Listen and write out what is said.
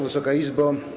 Wysoka Izbo!